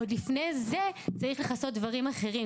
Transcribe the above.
עוד לפני זה צריך לכסות דברים אחרים,